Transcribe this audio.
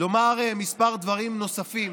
לומר כמה דברים נוספים